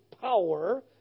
power